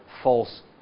false